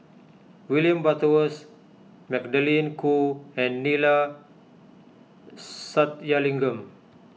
William Butterworth Magdalene Khoo and Neila Sathyalingam